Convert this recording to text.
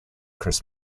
chris